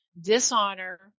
dishonor